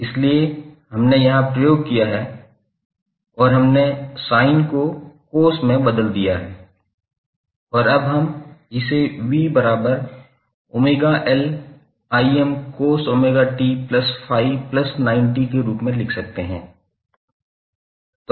इसलिए हमने यहाँ प्रयोग किया है और हमने sin को cos में बदल दिया है और अब हम इसे 𝑣𝜔𝐿cos𝜔𝑡∅90 के रूप में लिख सकते हैं